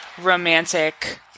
romantic